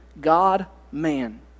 God-man